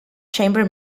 chamber